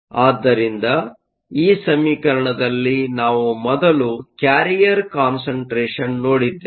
ಆದ್ದರಿಂದ ಈ ಸಮೀಕರಣದಲ್ಲಿ ನಾವು ಮೊದಲು ಕ್ಯಾರಿಯರ್ ಕಾನ್ಸಂಟ್ರೇಷನ್carrier concentrationನೋಡಿದ್ದೇವೆ